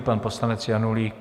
Pan poslanec Janulík.